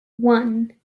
one